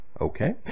Okay